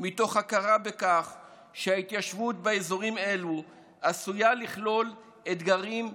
מתוך הכרה בכך שההתיישבות באזורים אלו עשויה לכלול אתגרים ביטחוניים,